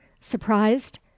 Surprised